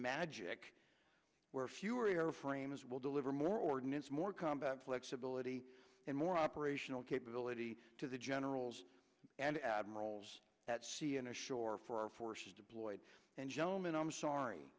magic where fewer airframes will deliver more ordinance more combat flexibility and more operational capability to the generals and admirals at c n n shore for our forces deployed and gentlemen i'm sorry